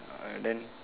uh then